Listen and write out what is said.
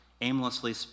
aimlessly